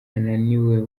ananiwe